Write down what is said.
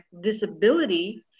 Disability